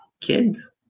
kids